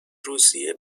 روسیه